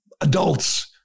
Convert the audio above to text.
adults